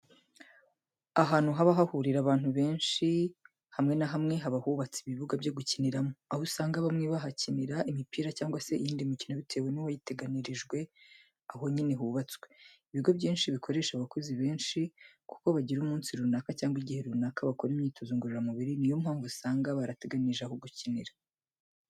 Ahantu haba hahurira abantu benshi, hamwe na hamwe haba hubatse ibibuga byo gukiniramo, aho usanga bamwe bahakinira imipira cyangwa se iyindi mikino bitewe n'uwateganirijwe aho nyine hubatswe. Ibigo byinshi bikoresha abakozi benshi kuko bagira umunsi runaka cyangwa igihe runaka bakora imyitozo ngororamubiri ni yo mpamvu usanga barateganije aho gukinira.